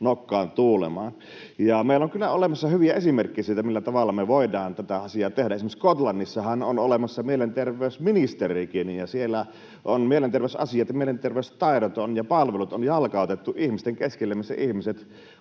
nokkaan tuulemaan. Meillä on kyllä olemassa hyviä esimerkkejä siitä, millä tavalla me voidaan tätä asiaa tehdä. Esimerkiksi Skotlannissahan on olemassa mielenterveysministerikin, ja siellä mielenterveysasiat ja mielenterveystaidot ja palvelut on jalkautettu ihmisten keskelle, missä ihmiset